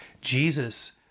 Jesus